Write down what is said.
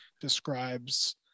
describes